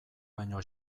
baino